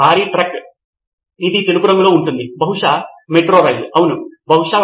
నేను ఒక ఖండము చదువుతాను మరియు నా దృష్టికోణాన్ని ఆ పేజీ పైన వ్యాఖ్యానము చేయాలనుకుంటున్నాను